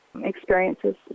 experiences